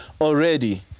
Already